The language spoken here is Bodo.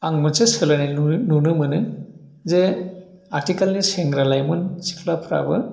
आं मोनसे सोलोंनाय नुनो नुनो मोनो जे आथिखालनि सेंग्रा लाइमोन सिख्लाफ्राबो